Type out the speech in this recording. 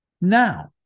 Now